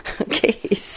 Okay